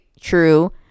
true